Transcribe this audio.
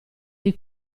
dei